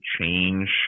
change